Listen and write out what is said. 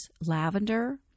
lavender